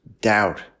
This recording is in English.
doubt